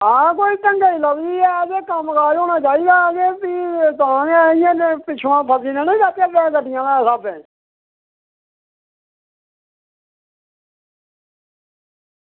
हां कोई ढंगै दी लभदी ऐ ते कम्म काज होना चाहिदा ते फ्ही तां गै इ'यां पिच्छुआं फसी नि ना जाचै दे स्हाबें